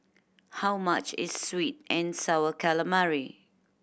how much is sweet and Sour Calamari